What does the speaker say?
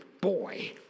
boy